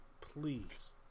Please